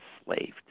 enslaved